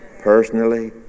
Personally